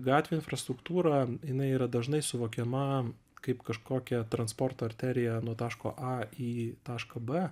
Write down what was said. gatvių infrastruktūra jinai yra dažnai suvokiama kaip kažkokia transporto arterija nuo taško a į tašką b